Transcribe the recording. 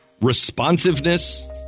Responsiveness